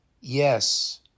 Yes